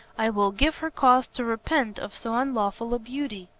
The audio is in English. i will give her cause to repent of so unlawful a beauty.